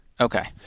Okay